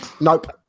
Nope